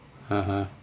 (uh huh)